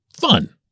fun